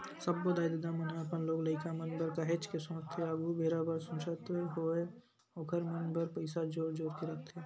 सब्बो दाई ददा मन ह अपन लोग लइका मन बर काहेच के सोचथे आघु बेरा बर सोचत होय ओखर मन बर पइसा जोर जोर के रखथे